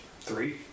Three